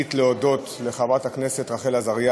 ראשית להודות לחברת הכנסת רחל עזריה